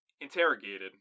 interrogated